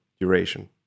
duration